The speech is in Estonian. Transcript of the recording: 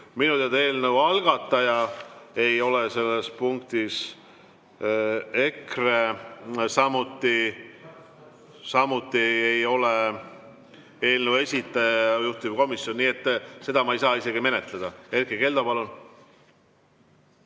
Minu teada eelnõu algataja ei ole selles punktis EKRE, samuti ei ole eelnõu esitaja või juhtivkomisjon, nii et seda ma ei saa isegi menetleda. Erkki Keldo, palun!